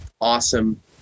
awesome